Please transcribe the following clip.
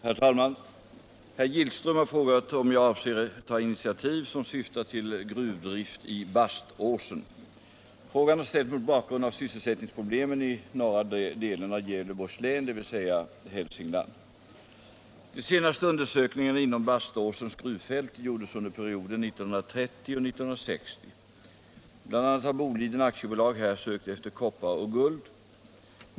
Herr talman! Herr Gillström har frågat om jag avser ta initiativ som syftar till gruvdrift i Baståsen. Frågan har ställts mot bakgrund av sysselsättningsproblemen i norra delen av Gävleborgs län, dvs. Hälsingland. De senaste undersökningarna inom Baståsens gruvfält gjordes under perioden 1930-1960. Bl.a. har Boliden AB här sökt efter koppar och guld.